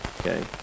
Okay